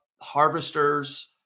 harvesters